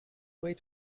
wait